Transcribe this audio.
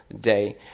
day